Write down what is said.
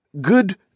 good